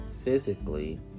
physically